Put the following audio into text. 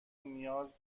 نیاز